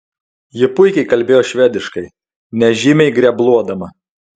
ji puikiai kalbėjo švediškai nežymiai grebluodama